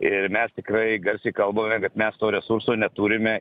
ir mes tikrai garsiai kalbame kad mes to resurso neturime